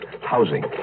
housing